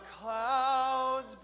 clouds